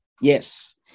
Yes